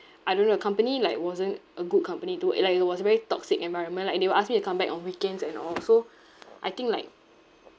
I don't know the company like wasn't a good company to work uh like it was a very toxic environment like they will ask me to come back on weekends and all so I think like